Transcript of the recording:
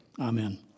Amen